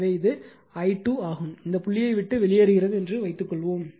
எனவே இது i2 ஆகும் இது புள்ளியை விட்டு வெளியேறுகிறது என்று வைத்துக்கொள்வோம்